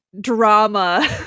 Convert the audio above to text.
drama